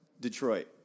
Detroit